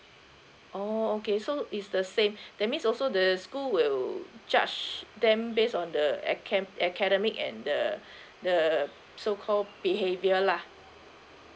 oh okay so is the same that means also the school will judge them based on the aca~ academic and the the so called behaviour lah